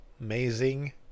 amazing